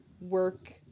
work